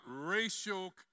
racial